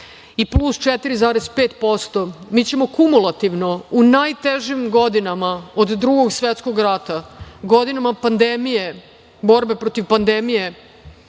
i plus 4,5%, mi ćemo kumulativno u najtežim godinama od Drugog svetskog rata, u godinama borbe protiv pandemije